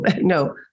No